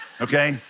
okay